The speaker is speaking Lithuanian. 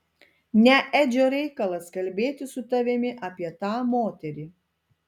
ne edžio reikalas kalbėti su tavimi apie tą moterį